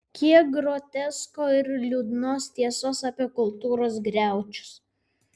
kiek grotesko ir liūdnos tiesos apie kultūros griaučius